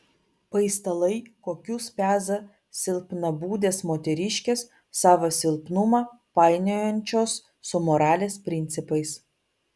paistalai kokius peza silpnabūdės moteriškės savo silpnumą painiojančios su moralės principais